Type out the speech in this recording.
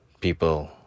People